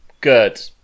Good